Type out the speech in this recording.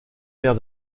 l’air